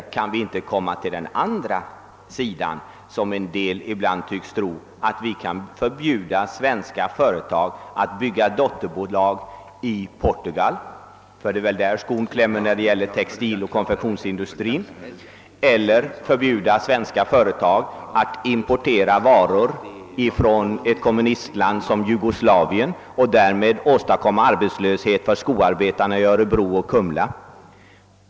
Vi kan emellertid inte heller gå till den andra ytterligheten, såsom en del ibland tycks mena, d.v.s. att bygga upp dotterbolag i Portugal — det är väl där skon klämmer för textiloch konfektionsindustrin — eller förbjuda företag att importera varor från kommunistlandet Jugoslavien, vilket åstadkommer arbetslöshet för skoarbetarna i Örebro och Kumla.